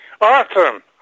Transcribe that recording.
awesome